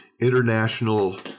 international